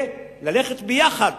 וללכת ביחד